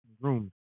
room